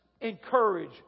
encourage